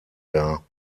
dar